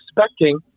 expecting